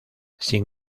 sin